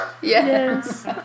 Yes